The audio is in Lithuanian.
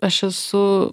aš esu